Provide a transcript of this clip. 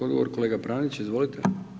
Odgovor kolega Pranić, izvolite.